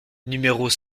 numéros